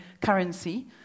currency